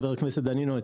חבר הכנסת דנינו,